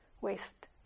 waste